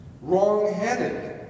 wrong-headed